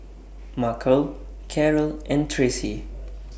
Markell Karol and Tracy